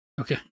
Okay